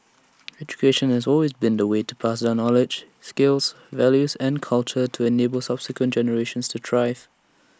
education has always been the way to pass down knowledge skills values and culture to enable subsequent generations to thrive